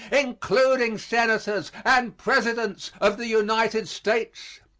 including senators and presidents of the united states.